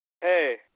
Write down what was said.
Hey